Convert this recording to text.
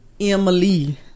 Emily